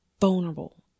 vulnerable